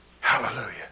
Hallelujah